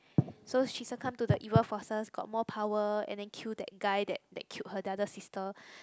so she succumb to the evil forces got more power and then kill that guy that that killed her the other sister